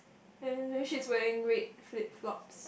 then then she's wearing red flip flop